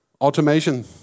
Automation